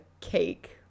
cake